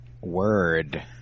word